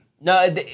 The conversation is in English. No